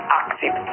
active